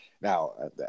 now